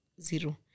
Zero